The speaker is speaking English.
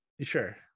Sure